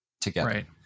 together